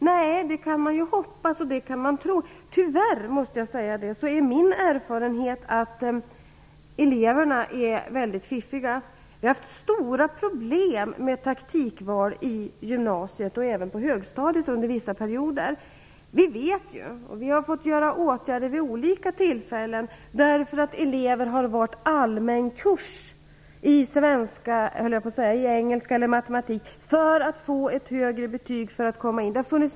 Nej, det kan man ju hoppas och tro, men tyvärr är min erfarenhet att eleverna är väldigt fiffiga. Vi har haft stora problem med taktikval i gymnasiet och även i högstadiet under vissa perioder. Vi vet, och har vid olika tillfällen fått tillgripa åtgärder på grund av det, att elever har valt allmän kurs i engelska eller matematik för att få ett högre betyg för att komma in på en utbildning.